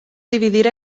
dividir